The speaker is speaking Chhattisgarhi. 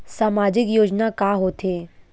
सामाजिक योजना का होथे?